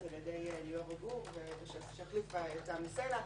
על ידי ליאורה גור ושהחליפה את תמי סלע,